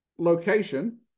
location